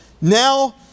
now